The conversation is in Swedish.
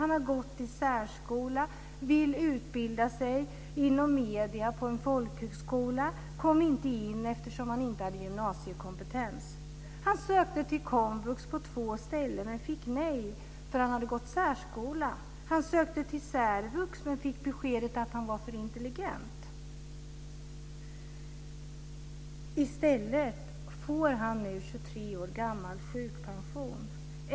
Han har gått i särskola och vill utbilda sig inom media på en folkhögskola. Han kom inte in, eftersom han inte hade gymnasiekompetens. Han sökte till komvux på två ställen men fick nej på grund av att han hade gått i särskola. Han sökte till särvux men fick beskedet att han var för intelligent. I stället får han nu 23 år gammal sjukpension.